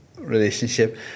relationship